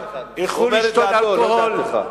ילכו לשתות אלכוהול,